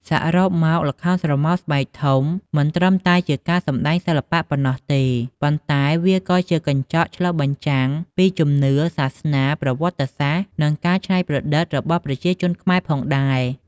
សរុបមក ល្ខោនស្រមោលស្បែកធំមិនត្រឹមតែជាការសម្តែងសិល្បៈប៉ុណ្ណោះទេ ប៉ុន្តែវាក៏ជាកញ្ចក់ឆ្លុះបញ្ចាំងពីជំនឿ សាសនា ប្រវត្តិសាស្ត្រ និងការច្នៃប្រឌិតរបស់ប្រជាជនខ្មែរផងដែរ។